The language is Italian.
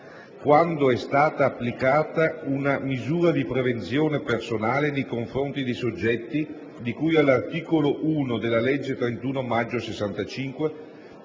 "Quando è stata applicata una misura di prevenzione personale nei confronti dei soggetti di cui all'articolo 1 della legge 31 maggio